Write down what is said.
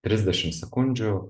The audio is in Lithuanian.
trisdešim sekundžių